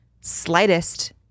slightest